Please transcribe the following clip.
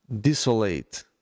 desolate